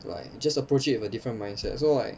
like just approach it with a different mindset so like